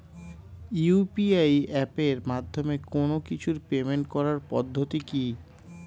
UPI এপের মাধ্যমে কোন কিছুর পেমেন্ট করার পদ্ধতি কি?